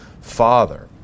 father